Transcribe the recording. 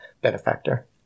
benefactor